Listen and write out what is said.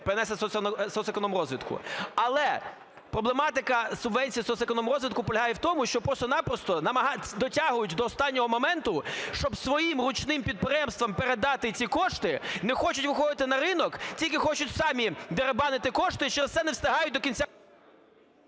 соцекономрозвитку. Але проблематика субвенцій соцекономрозвитку полягає в тому, що просто-напросто дотягують до останнього моменту, щоб своїм ручним підприємствам передати ці кошти, не хочуть виходити на ринок. Тільки хочуть самі деребанити кошти. Що все, не встигають до кінця…